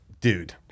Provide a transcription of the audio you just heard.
dude